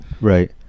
right